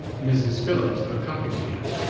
mrs. phillips accompanied him,